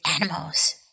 animals